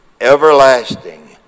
everlasting